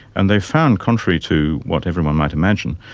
and they've found, contrary to what everyone might imagine,